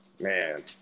Man